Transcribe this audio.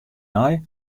nei